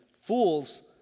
Fools